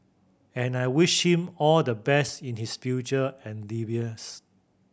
and I wish him all the best in his future endeavours